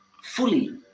Fully